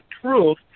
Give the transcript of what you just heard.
truth